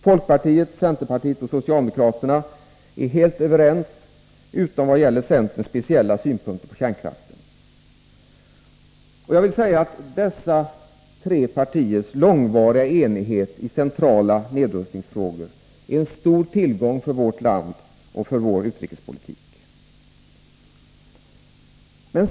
Folkpartiet, centerpartiet och socialdemokraterna är helt överens utom vad gäller centerns speciella synpunkter på kärnkraften. Jag vill säga att dessa tre partiers långvariga enighet i centrala nedrustningsfrågor är en stor tillgång för vårt land och för vår utrikespolitik.